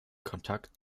kontakt